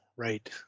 right